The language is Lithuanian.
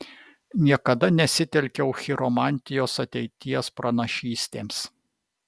niekada nesitelkiau chiromantijos ateities pranašystėms